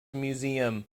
museum